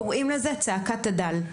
קוראים לזה צעקת הדל.